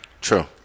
True